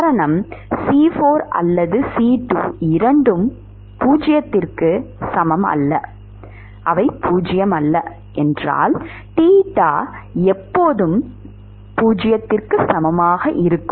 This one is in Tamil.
காரணம் C4 அல்லது C2 இரண்டும் 0 இல்லை என்றால் தீர்வு தீட்டா எப்போதும் 0 க்கு சமமாக இருக்கும்